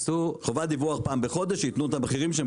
חובת דיווח פעם בחודש שיתנו את המחירים שבהם הם